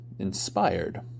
inspired